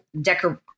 decor